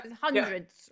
hundreds